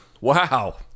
Wow